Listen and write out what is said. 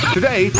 Today